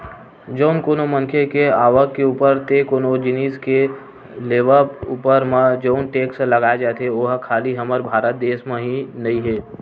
जउन कोनो मनखे के आवक के ऊपर ते कोनो जिनिस के लेवब ऊपर म जउन टेक्स लगाए जाथे ओहा खाली हमर भारत देस म ही नइ हे